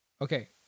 Okay